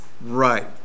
Right